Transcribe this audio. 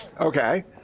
Okay